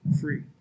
free